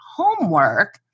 homework